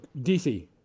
DC